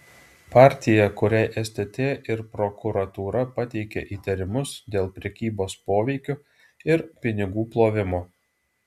partija kuriai stt ir prokuratūra pateikė įtarimus dėl prekybos poveikiu ir pinigų plovimo